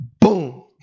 Boom